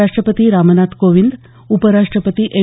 राष्ट्रपती रामनाथ कोविंद आणि उपराष्ट्रपती एम